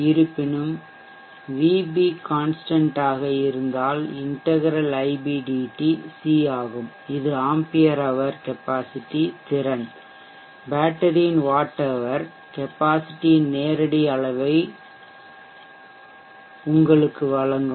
இருப்பினும் விபி கான்ஷ்டன்ட்டாக மாறிலி இருந்தால் இன்டெக்ரெல் Ib dt சி ஆகும் இது ஆம்பியர் ஹவர் கெப்பாசிட்டி திறன் பேட்டரியின் வாட் ஹவர் கெப்பாசிட்டியின் நேரடி அளவை உங்களுக்கு வழங்கும்